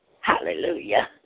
Hallelujah